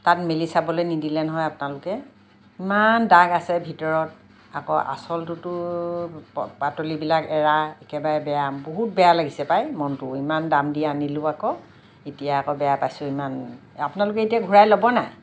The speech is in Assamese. তাত মেলি চাবলৈ নিদিলে নহয় আপোনালোকে ইমান দাগ আছে ভিতৰত আকৌ আঁচলটোতো পাতলিবিলাক এৰা একেবাৰে বেয়া বহুত বেয়া লাগিছে পাই মনটো ইমান দাম দি আনিলোঁ আকৌ এতিয়া আকৌ বেয়া পাইছোঁ ইমান আপোনালোকে এতিয়া ঘূৰাই ল'ব নাই